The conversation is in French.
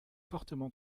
fortement